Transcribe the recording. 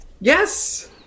Yes